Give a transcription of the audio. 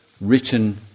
written